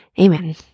Amen